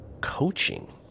coaching